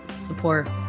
Support